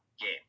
game